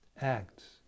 acts